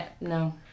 No